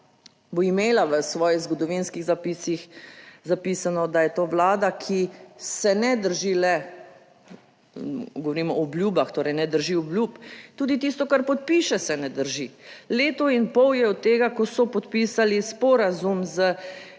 bo imela v svojih zgodovinskih zapisih zapisano, da je to Vlada, ki se ne drži le govorimo o obljubah, torej ne drži obljub. Tudi tisto, kar podpiše se ne drži. Leto in pol je od tega, ko so podpisali sporazum s